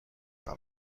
par